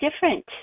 different